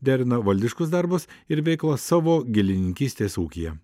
derina valdiškus darbus ir veiklą savo gėlininkystės ūkyje